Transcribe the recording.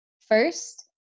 First